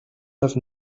have